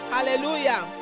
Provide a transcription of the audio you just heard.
Hallelujah